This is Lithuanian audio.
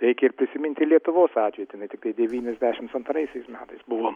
reikia ir prisiminti lietuvos atvejį tenai tiktai devyniasdešims antraisiais metais buvo